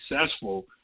successful